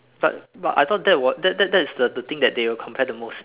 but but I thought that was that that that is the the thing that they will compare the most